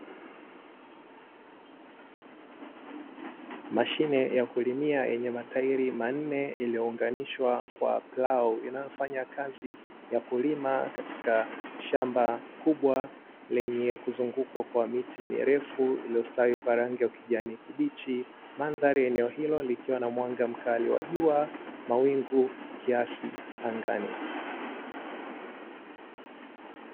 Mashine ya kulimia yenye matairi manne iliyounganishwa kwa plau inayofanya kazi ya kulima katika shamba kubwa lenye kuzungukwa kwa miti mirefu, iliyostawi kwa rangi ya kijani kibichi mandhari ya eneo hilo likiwa na mwanga mkali wa jua mawingu kiasi angani.